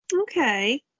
Okay